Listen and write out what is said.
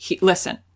listen